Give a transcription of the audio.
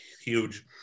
huge